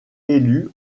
élus